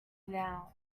now